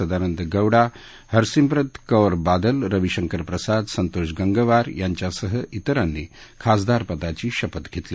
सदानंद गौडा हरसिम्रत कौर बादल रवी शंकर प्रसाद संतोष गंगवार यांच्यासह तरांनी खासदारपदाची शपथ घत्तीी